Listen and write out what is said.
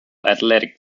athletic